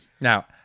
Now